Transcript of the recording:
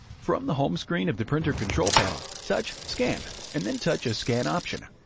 from the home screen of the printer control panel, touch scan, and then touch a scan option.